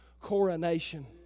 coronation